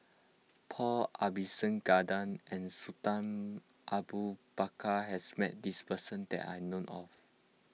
Paul Abisheganaden and Sultan Abu Bakar has met this person that I know of